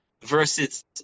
versus